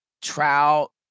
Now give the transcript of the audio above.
trout